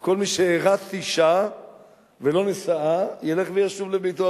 כל מי שאירס אשה ולא נשאה ילך וישוב לביתו,